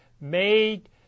made